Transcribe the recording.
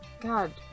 God